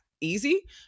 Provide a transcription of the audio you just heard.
easy